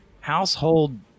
household